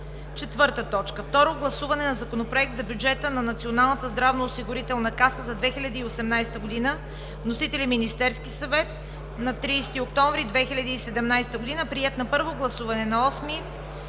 2017 г. 4. Второ гласуване на Законопроекта за бюджета на Националната здравноосигурителна каса за 2018 г. Вносител: Министерският съвет на 30 октомври 2017 г. и приет на първо гласуване на 8